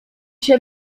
się